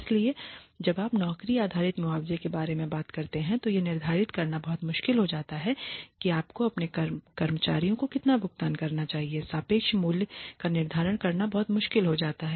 इसलिए जब आप नौकरी आधारित मुआवजे के बारे में बात करते हैं तो यह निर्धारित करना बहुत मुश्किल हो जाता है कि आपको अपने कर्मचारियों को कितना भुगतान करना चाहिए सापेक्ष मूल्य का निर्धारण करना बहुत मुश्किल हो जाता है